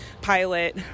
pilot